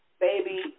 Baby